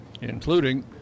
including